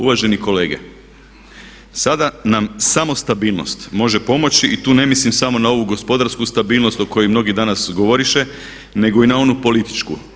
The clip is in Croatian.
Uvaženi kolege sada nam samo stabilnost može pomoći i tu ne mislim samo na ovu gospodarsku stabilnost o kojoj mnogi danas govoriše nego i ona onu političku.